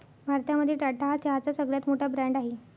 भारतामध्ये टाटा हा चहाचा सगळ्यात मोठा ब्रँड आहे